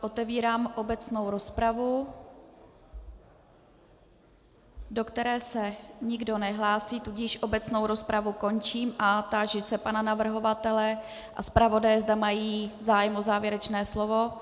Otevírám obecnou rozpravu, do které se nikdo nehlásí, tudíž obecnou rozpravu končím a táži se pana navrhovatele a zpravodaje, zda mají zájem o závěrečné slovo.